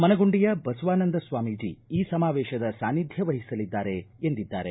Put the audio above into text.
ಮನಗುಂಡಿಯ ಬಸವಾನಂದ ಸ್ವಾಮೀಜಿ ಈ ಸಮಾವೇಶದ ಸಾನಿಧ್ಯ ವಹಿಸಲಿದ್ದಾರೆ ಎಂದಿದ್ದಾರೆ